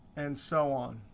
and so on.